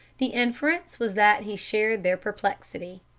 the inference was that he shared their perplexity.